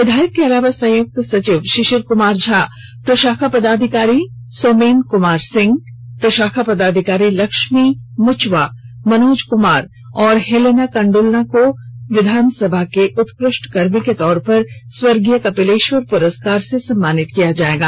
विधायक के अलावा संयुक्त सचिव शिशिर कुमार झा प्रशाखा पदाधिकारी सोमेन कुमार सिंह प्रशाखा पदाधिकारी लक्ष्मी मुचवा मनोज कुमार और हेलेना कंडोला को विधानसभा के उत्कृष्ट कर्मी के तौर पर स्वर्गीय कपिलेश्वर प्रस्कार से सम्मानित किया जाएगा